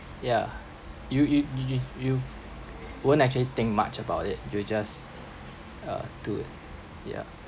yeah you y~ you you you won't actually think much about it you just uh to yeah